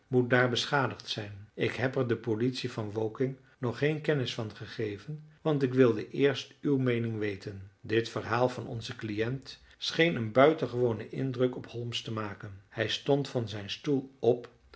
moet daar beschadigd zijn ik heb er de politie van woking nog geen kennis van gegeven want ik wilde eerst uw meening weten dit verhaal van onzen cliënt scheen een buitengewonen indruk op holmes te maken hij stond van zijn stoel op